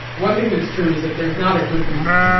one thing that's true is that there's not a good reason.